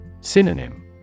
Synonym